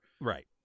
Right